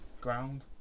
ground